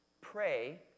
pray